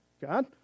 God